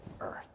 earth